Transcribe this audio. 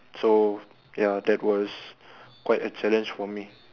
so ya that was quite a challenge for me